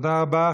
תודה רבה.